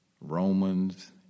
Romans